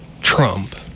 Trump